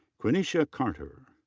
quinishia carter.